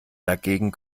dagegen